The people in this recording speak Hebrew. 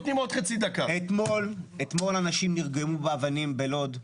אתמול אנשים נרגמו באבנים בלוד.